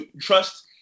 trust